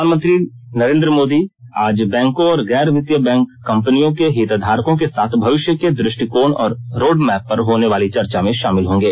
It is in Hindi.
प्रधानमंत्री नरेंद्र मोदी आज बैंको और गैर वित्तीय बैंक कंपनियों के हितधारकों के साथ भविष्य के दृष्टिकोण और रोडमैप पर होने वाली चर्चा में शामिल होंगे